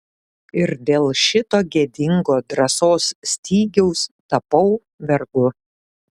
ir dėl šito gėdingo drąsos stygiaus tapau vergu